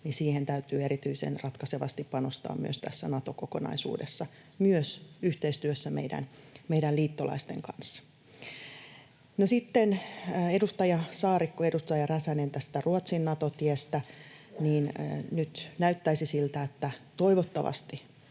Siihen täytyy erityisen ratkaisevasti panostaa myös tässä Nato-kokonaisuudessa — myös yhteistyössä meidän liittolaisten kanssa. No sitten edustaja Saarikko ja edustaja Räsänen tästä Ruotsin Nato-tiestä. Nyt näyttäisi siltä, että toivottavasti